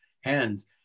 hands